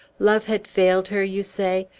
love had failed her, you say.